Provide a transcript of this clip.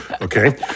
okay